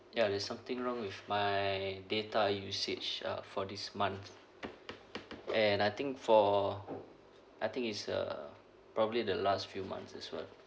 ya there's something wrong with my data usage uh for this month and I think for I think is uh probably the last few months as well